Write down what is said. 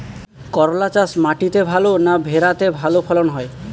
করলা চাষ মাটিতে ভালো না ভেরাতে ভালো ফলন হয়?